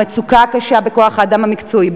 המצוקה הקשה בכוח-האדם המקצועי,